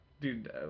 Dude